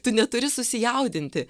tu neturi susijaudinti